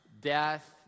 death